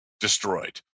destroyed